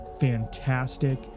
fantastic